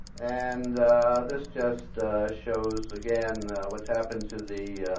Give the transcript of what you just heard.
and this just shows again, what happen to the